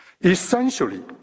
essentially